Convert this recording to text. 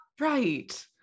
right